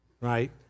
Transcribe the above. right